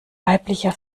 weiblicher